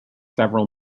several